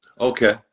Okay